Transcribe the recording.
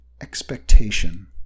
expectation